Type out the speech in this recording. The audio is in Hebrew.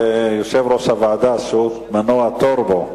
זה יושב-ראש הוועדה שהוא מנוע טורבו.